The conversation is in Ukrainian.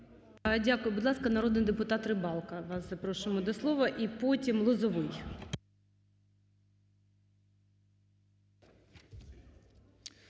Дякую. Будь ласка, народний депутат Рибалка. Вас запрошуємо до слова, і потім – Лозовой.